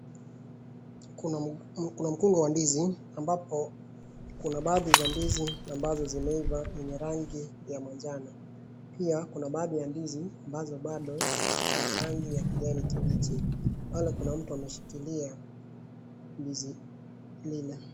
Kuna mkungu wa ndizi ambapo kuna baadhi za ndizi ambazo zimeiva yenye rangi ya manjano. Pia kuna baadhi ya ndizi ambazo bado ni rangi ya kijani kiichi. Pale kuna mtu ameshikilia ndizi ingine.